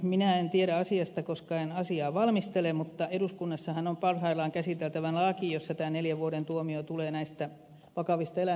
minä en tiedä asiasta koska en asiaa valmistele mutta eduskunnassahan on parhaillaan käsiteltävänä laki jossa tämä neljän vuoden tuomio tulee näistä vakavistaillä